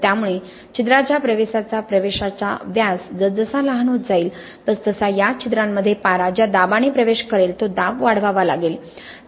त्यामुळे छिद्राच्या प्रवेशाचा व्यास जसजसा लहान होत जाईल तसतसा या छिद्रांमध्ये पारा ज्या दाबाने प्रवेश करेल तो दाब वाढवावा लागेल